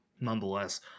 nonetheless